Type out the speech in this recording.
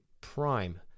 prime